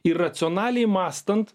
ir racionaliai mąstant